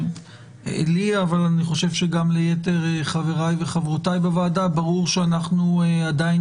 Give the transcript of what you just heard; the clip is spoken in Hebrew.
אבל אני חושב שגם ליתר חבריי וחברותיי בוועדה ברור שאנחנו עדיין